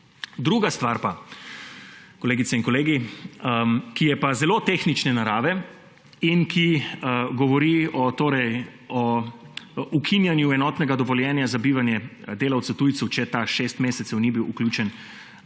Druga stvar, kolegice in kolegi, ki je pa zelo tehnične narave in ki govori o ukinjanju enotnega dovoljenja za bivanje delavcu tujcu, če ta 6 mesecev ni bil vključen v